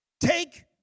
take